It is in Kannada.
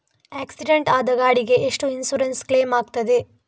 ಆಕ್ಸಿಡೆಂಟ್ ಆದ ಗಾಡಿಗೆ ಎಷ್ಟು ಇನ್ಸೂರೆನ್ಸ್ ಕ್ಲೇಮ್ ಆಗ್ತದೆ?